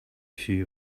few